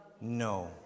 No